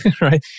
right